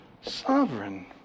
sovereign